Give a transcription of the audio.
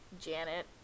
Janet